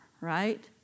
Right